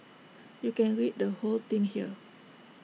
you can read the whole thing here